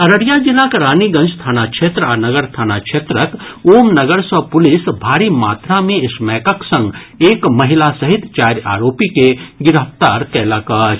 अररिया जिलाक रानीगंज थाना क्षेत्र आ नगर थाना क्षेत्रक ओम नगर सँ पुलिस भारी मात्रा मे स्मैकक संग एक महिला सहित चारि आरोपी के गिरफ्तार कयलक अछि